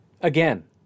Again